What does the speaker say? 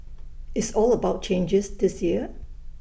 it's all about changes this year